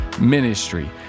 Ministry